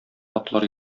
атлар